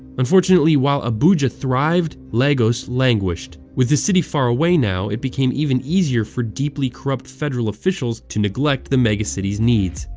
unfortunately, while abuja thrived, lagos languished. with the city far away now it became even easier for deeply corrupt federal officials to neglect the megacity's needs.